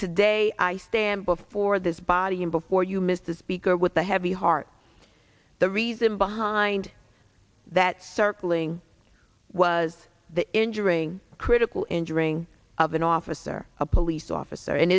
today i stand before this body and before you miss the speaker with a heavy heart the reason behind that circling was the injuring critical injuring of an officer a police officer and